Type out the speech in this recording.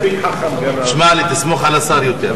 מספיק חכם, תשמע לי, תסמוך על השר יותר.